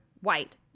white